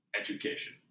Education